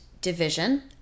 division